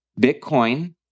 Bitcoin